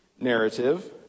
narrative